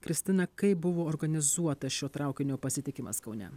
kristina kaip buvo organizuotas šio traukinio pasitikimas kaune